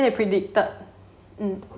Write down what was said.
they say they predicted mm